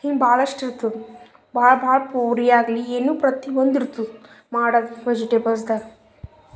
ಹಿಂಗೆ ಭಾಳಷ್ಟು ಇರ್ತದೆ ಭಾಳ ಭಾಳ ಪೂರಿ ಆಗಲಿ ಏನು ಪ್ರತಿ ಒಂದು ಇರ್ತದೆ ಮಾಡಕ್ಕೆ ವೆಜಿಟೇಬಲ್ಸ್ದಾಗ